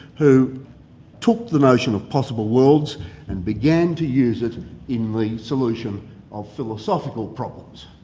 who took the notion of possible worlds and began to use it in the solution of philosophical problems,